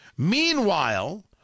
Meanwhile